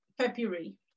February